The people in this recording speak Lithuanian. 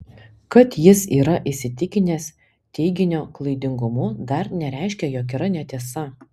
kad jis yra įsitikinęs teiginio klaidingumu dar nereiškia jog yra netiesa